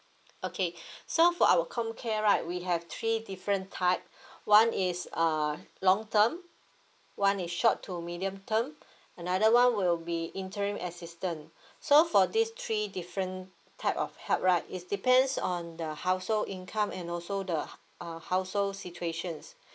okay so for our comcare right we have three different type one is uh long term one is short to medium term another one will be interim assistance so for these three different type of help right it's depends on the household income and also the h~ uh household situations